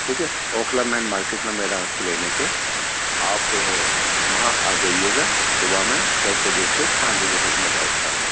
ٹھیک ہے Okhla main market میں میرا کلینک ہے آپ وہاں آ جائیے گا صبح میں دس بجے سے پانچ بجے تک میں بیٹھتا ہوں